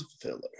filler